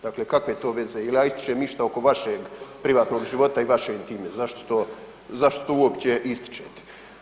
Dakle, kakve to veze je li ja ističem išta oko vašeg privatnog života i vaše intime, zašto to uopće ističete.